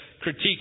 critique